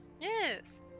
Yes